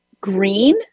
green